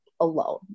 alone